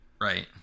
right